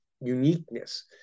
uniqueness